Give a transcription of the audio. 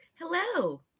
Hello